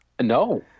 No